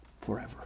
forever